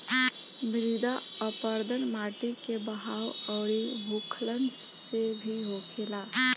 मृदा अपरदन माटी के बहाव अउरी भूखलन से भी होखेला